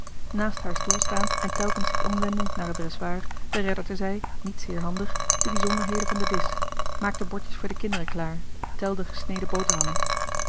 naast haar stoel staand en telkens zich omwendend naar het dressoir beredderde zij niet zeer handig de bijzonderheden van den disch maakte bordjes voor de kinderen klaar telde gesneden boterhammen